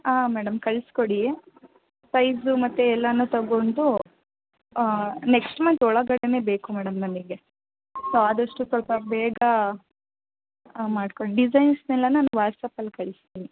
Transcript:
ಹಾಂ ಮೇಡಮ್ ಕಳಿಸ್ಕೊಡಿ ಸೈಜು ಮತ್ತು ಎಲ್ಲಾನು ತಗೊಂಡು ನೆಕ್ಸ್ಟ್ ಮಂತ್ ಒಳಗಡೆನೇ ಬೇಕು ಮೇಡಮ್ ನಮಗೆ ಸೊ ಆದಷ್ಟು ಸ್ವಲ್ಪ ಬೇಗ ಮಾಡಿಕೊಡಿ ಡಿಸೈನ್ಸ್ನೆಲ್ಲ ನಾವು ವಾಟ್ಸ್ಆ್ಯಪಲ್ಲಿ ಕಳಿಸ್ತೀನಿ